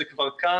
זה כבר כאן,